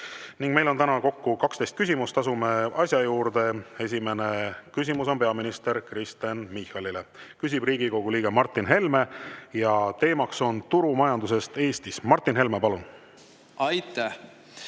Meil on täna kokku 12 küsimust. Asume asja juurde. Esimene küsimus on peaminister Kristen Michalile. Küsib Riigikogu liige Martin Helme ja teema on turumajandusest Eestis. Martin Helme, palun!